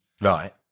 right